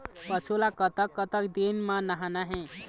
पशु ला कतक कतक दिन म नहाना हे?